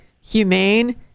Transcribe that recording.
humane